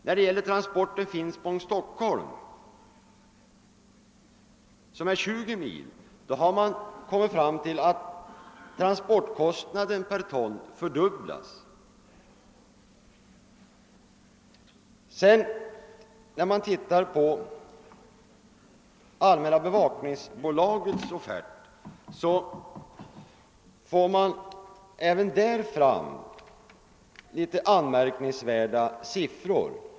När det gäller transporten Finspong—Stockholm, en sträcka på ungefär 20 mil, skulle transportkostnaden per ton fördubblas. Den andra offerten har ingivits av Allmänna Bevakningsbolaget. även den innehåller något anmärkningsvärda siffror.